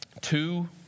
Two